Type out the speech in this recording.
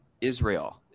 Israel